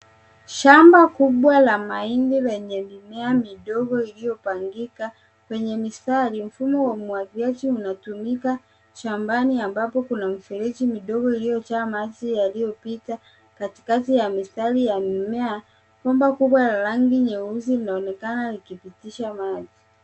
Shamba kubwa la mahindi lenye mimea midogo iliyopangika kwenye mistari. Mfumo wa umwagiliaji unatumika shambani ambapo kuna mifereji midogo iliyojaa maji yaliyopita katikati ya mistari ya mimea. Bomba kubwa la rangi nyeusi linaonekana likipitisha maji.